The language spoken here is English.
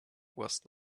was